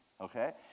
okay